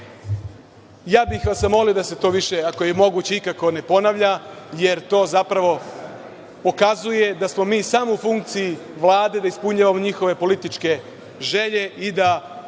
bih vas zamolio da se to više, ako je moguće ikako ne ponavlja, jer to zapravo pokazuje da smo mi samo u funkciji Vlade, da ispunjavamo njihove političke želje i da